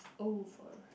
oh for